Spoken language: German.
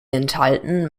enthalten